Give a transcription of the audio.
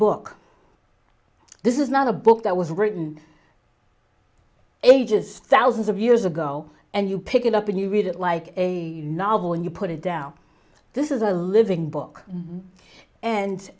book this is not a book that was written ages thousands of years ago and you pick it up and you read it like a novel and you put it down this is a living book